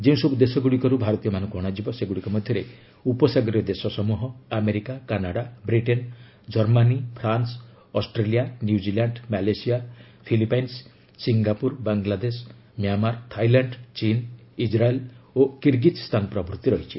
ଯେଉଁସବୁ ଦେଶଗୁଡ଼ିକରୁ ଭାରତୀୟମାନଙ୍କୁ ଅଣାଯିବ ସେଗୁଡ଼ିକ ମଧ୍ୟରେ ଉପସାଗରୀୟ ଦେଶ ସମୂହ America Canada Britain Germany France Australia New Zealand Malaysia Philippines Singapore Bangladesh Myanmar Thailand ଚୀନ୍ ଇକ୍ରାଏଲ୍ ଓ କିର୍ଗିଜ୍ସ୍ତାନ ରହିଛି